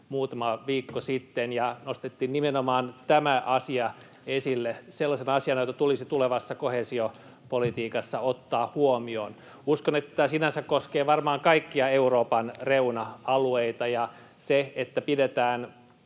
muutama viikko sitten, ja nimenomaan tämä asia nostettiin esille sellaisena asiana, joka tulisi tulevassa koheesiopolitiikassa ottaa huomioon. Uskon, että tämä sinänsä koskee varmaan kaikkia Euroopan reuna-alueita. Sillä, että pidetään